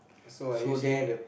so are you saying that